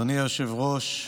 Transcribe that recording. אדוני היושב-ראש,